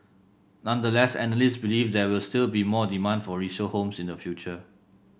nonetheless analysts believe there will still be more demand for resale homes in the future